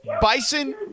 Bison